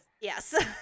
Yes